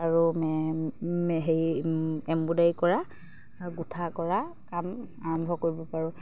আৰু হেৰি এম্ব্ৰইডাৰী কৰা গোঁঠা কৰা কাম আৰম্ভ কৰিব পাৰোঁ